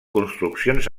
construccions